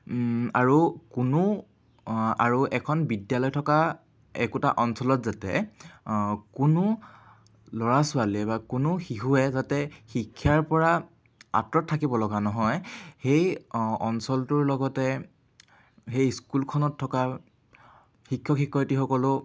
আৰু কোনো আৰু এখন বিদ্যালয় থকা একোটা অঞ্চলত যাতে কোনো ল'ৰা ছোৱালীয়ে বা কোনো শিশুৱে যাতে শিক্ষাৰপৰা আঁতৰত থাকিব লগা নহয় সেই অঞ্চলটোৰ লগতে সেই স্কুলখনত থকা শিক্ষক শিক্ষয়ত্ৰীসকলেও